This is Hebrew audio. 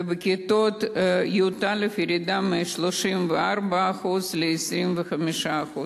ובכיתות י"א, ירידה מ-34% ל-25%.